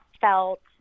felt